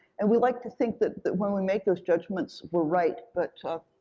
and we like to think that that when we make those judgments, we're right, but